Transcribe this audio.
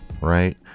right